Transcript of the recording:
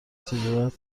تجارت